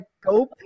go